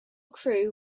crew